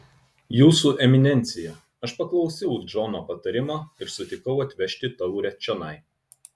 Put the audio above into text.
jūsų eminencija aš paklausiau džono patarimo ir sutikau atvežti taurę čionai